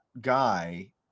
guy